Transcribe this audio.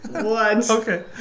Okay